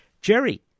Jerry